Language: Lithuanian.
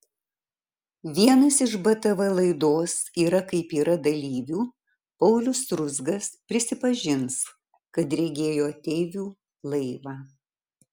vienas iš btv laidos yra kaip yra dalyvių paulius ruzgas prisipažins kad regėjo ateivių laivą